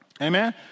Amen